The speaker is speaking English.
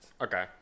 okay